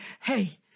Hey